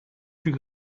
plus